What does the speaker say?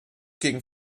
gegen